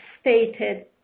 stated